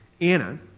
Anna